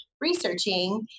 researching